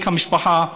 לחיק המשפחה,